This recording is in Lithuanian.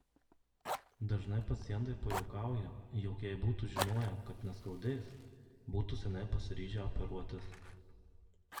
dažnai pacientai pajuokauja jog jei būtų žinoję kad neskaudės būtų seniai pasiryžę operuotis